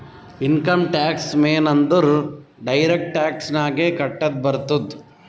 income tax ಮೇನ್ ಅಂದುರ್ direct tax ನಾಗೆ ಕಟ್ಟದ್ ಬರ್ತುದ್